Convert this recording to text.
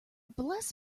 bless